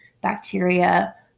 bacteria